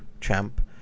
champ